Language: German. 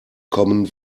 common